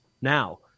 now